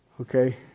Okay